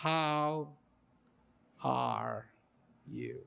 how are you